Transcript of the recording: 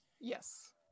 Yes